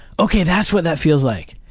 ok, that's what that feels like.